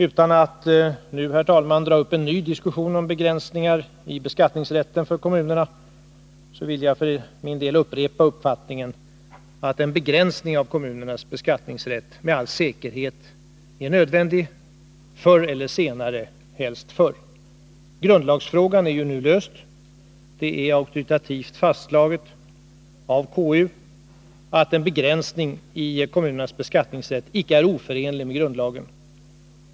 Utan att nu, herr talman, dra upp en ny diskussion om begränsningar i beskattningsrätten för kommunerna vill jag för min del upprepa uppfattningen att en begränsning av kommunernas beskattningsrätt med all säkerhet är nödvändig förr eller senare — helst förr. Grundlagsfrågan har ju nu klarats av. Det är auktoritativt fastslaget av konstitutionsutskottet att en begränsning i kommunernas beskattningsrätt inte är oförenlig med grundlagen.